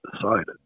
decided